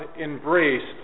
embraced